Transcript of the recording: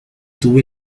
tuve